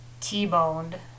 T-boned